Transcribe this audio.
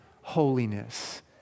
holiness